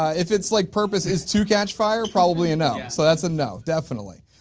if it's like purpose is to catch fire, probably a no. so that's a no definitely.